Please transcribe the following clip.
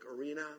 arena